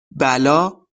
بلا